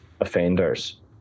offenders